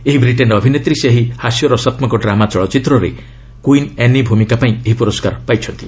ଏହି ବ୍ରିଟେନ୍ ଅଭିନେତ୍ରୀ ସେହି ହାସ୍ୟରସାତ୍କକ ଡ୍ରାମା ଚଳଚ୍ଚିତ୍ରରେ କୁଇନ୍ ଆନି ଭୂମିକା ପାଇଁ ଏହି ପୁରସ୍କାର ପାଇଛନ୍ତି